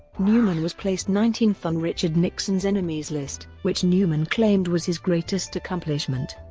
newman was placed nineteenth on richard nixon's enemies list, which newman claimed was his greatest accomplishment.